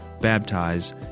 baptize